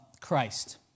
Christ